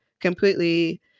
completely